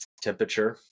temperature